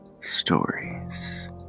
Stories